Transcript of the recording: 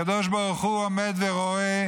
הקדוש ברוך הוא עומד ורואה